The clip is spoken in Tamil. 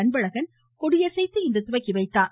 அன்பழகன் கொடியசைத்து துவக்கி வைத்தார்